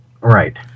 Right